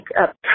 up